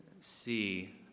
see